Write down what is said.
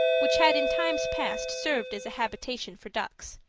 which had in times past served as a habitation for ducks.